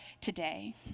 today